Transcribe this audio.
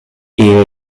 era